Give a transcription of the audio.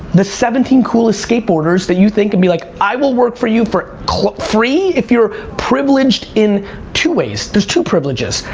the seventeen coolest skateboarders that you think, and be like, i will work for you for free! if you're privileged in two ways. there's two privileges.